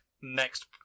Next